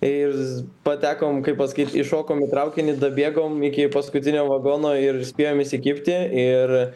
ir patekom kaip pasakyt įšokom į traukinį dabėgom iki paskutinio vagono ir spėjom įsikibti ir